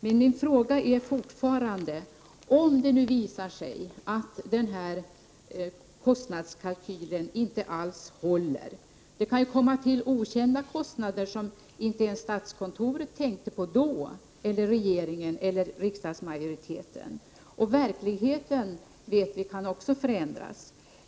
Men min fråga kvarstår: Antag att det nu visar sig att den här kostnadskalkylen inte alls håller. Det kan ju tillkomma okända kostnader som inte ens statskontoret, eller regeringen eller riksdagen, tänkte på då. Och som vi vet kan verkligheten också förändras.